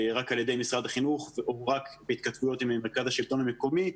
רק על ידי משרד החינוך ו/או רק בהתכתבויות עם מרכז השלטון המקומי,